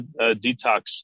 detox